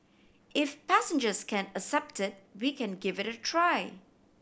if passengers can accept it we can give it a try